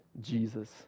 Jesus